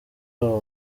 haba